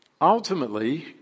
Ultimately